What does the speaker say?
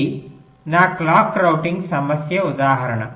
ఇది నా clock routing సమస్య ఉదాహరణ